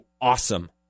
awesome